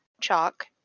Chalk